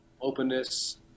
openness